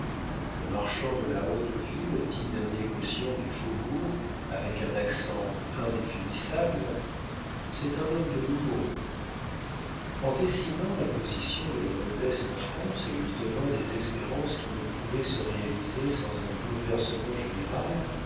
le marchand de la haute ville dit d'un négociant du faubourg avec un accent indéfinissable c'est un homme de l'houmeau en dessinant la position de la noblesse en france et lui donnant des espérances qui ne pouvaient se réaliser sans un bouleversement général